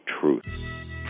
truth